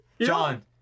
John